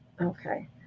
Okay